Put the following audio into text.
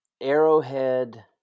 arrowhead